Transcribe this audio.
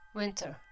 winter